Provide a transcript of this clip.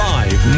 Live